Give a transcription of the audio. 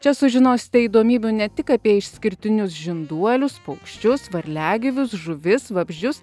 čia sužinosite įdomybių ne tik apie išskirtinius žinduolius paukščius varliagyvius žuvis vabzdžius